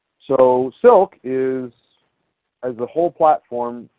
so silk is as a whole platform,